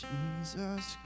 Jesus